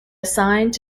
assigned